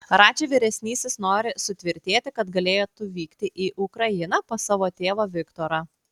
radži vyresnysis nori sutvirtėti kad galėtų vykti į ukrainą pas savo tėvą viktorą